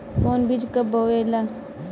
कौन बीज कब बोआला?